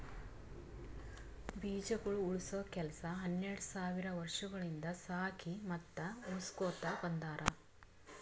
ಬೀಜಗೊಳ್ ಉಳುಸ ಕೆಲಸ ಹನೆರಡ್ ಸಾವಿರ್ ವರ್ಷಗೊಳಿಂದ್ ಸಾಕಿ ಮತ್ತ ಉಳುಸಕೊತ್ ಬಂದಾರ್